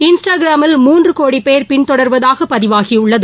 இன்ஸ்டாகிராமில் மூன்று கோடி பேர் பின் தொடர்வதாக பதிவாகியுள்ளது